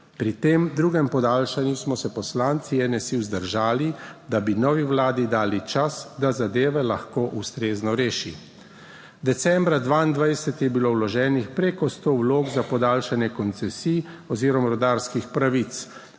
Pri tem drugem podaljšanju smo se poslanci NSi vzdržali, da bi novi Vladi dali čas, da zadeve lahko ustrezno reši. Decembra 2022 je bilo vloženih preko sto vlog za podaljšanje koncesij oziroma rudarskih pravic,